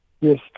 Yes